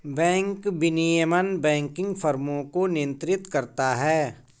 bank विनियमन banking फ़र्मों को नियंत्रित करता है